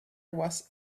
was